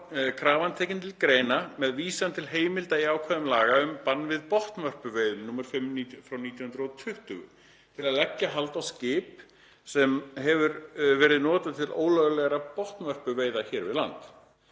krafan tekin til greina með vísan til heimilda í ákvæðum laga um bann við botnvörpuveiðum, nr. 5/1920, til að leggja hald á skip sem hefur verið notað til ólöglegra botnvörpuveiða hér við land,